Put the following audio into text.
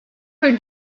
her